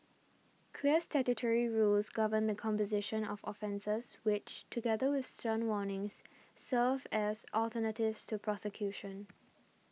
clear statutory rules govern the composition of offences which together with stern warnings serve as alternatives to prosecution